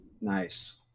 Nice